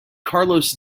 carlos